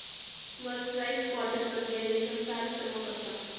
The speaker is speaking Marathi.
मर्सराईस्ड कॉटन मध्ये रेशमसारी चमक असता